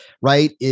right